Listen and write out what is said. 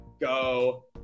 go